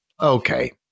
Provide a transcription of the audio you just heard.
Okay